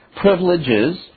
Privileges